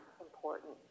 important